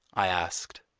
i asked.